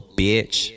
bitch